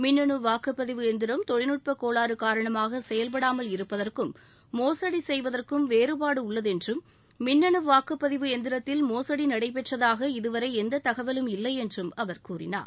மின்னணு வாக்குப்பதிவு எந்திரம் தொழில்நுட்பக் கோளாறு காரணமாக செயல்படாமல் இருப்பதற்கும் மோசடி செய்வதற்கும் வேறுபாடு உள்ளது என்றும் மின்னணு வாக்குப்பதிவு எந்திரத்தில் மோசடி நடைபெற்றதாக இதுவரை எந்த தகவலும் இல்லை என்றும் அவர் கூறினார்